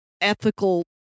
ethical